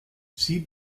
sie